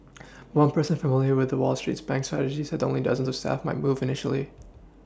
one person familiar with the Wall street bank's strategy said that only dozens of staff might move initially